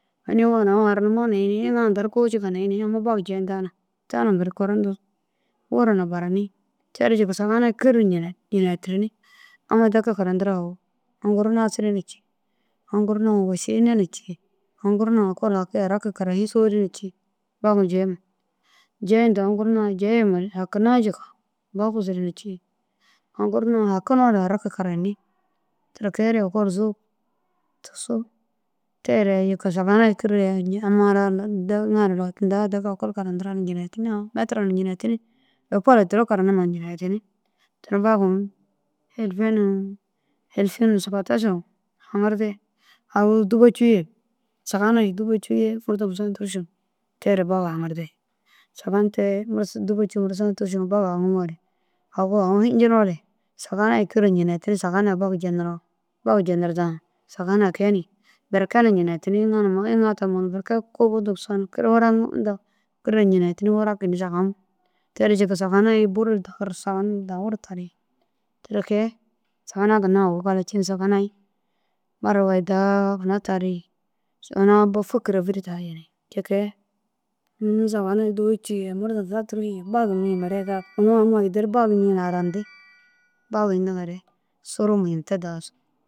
Hinigo na aũ haranimoo na hini iŋa inta ru kuũ coona hini amma bag jeyinta na ta kiri kuro nuzug wura na burani tere jika sahun kîr njinetini amma deki karantira duro aũ gur nasire na cii aũ gur na wošine na cii aũ gur na kôli haki araki karani sowire na ci bagu jeyima jeyintu aũ gur na jeyimare haki na jika bo buzire na ci aũ gur na hakinoo na araki karani ti kee ru ekolu sowug tusu tere jika sahun kîr amma ara iŋa ara tinta deki ekol karantira na ncinetini metira na ncinetini ekolu ai duro karanima na ncinetini. Tani alifên sabatašuru jenir de sahun ye dûba cûu ye murdom saã tûrusu tere bag haŋir de. Sahun te dûba cûu ye murdom saã tûrusu bag haŋimoore aũ hijinoo sahun kîr njinetini sahun ai bag jeniroo bag jenirda sahun ekege ni berke na njinetini iŋa numa iŋa tamono berke kubu nigisoo na kîr njenetini diri furakini sahun ai buru dagir sahun dahuru tari tani. Sahun ginna gala cii ru da huna tari sahun ai fikira buru tari ti kee. Sahun dûba cûu ye murdom saã tûrusu bag mire unu ammai gideru bag yintiŋa haranirdi bag yintiŋa suruma yim te dazu.